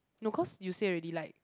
no cause you say already like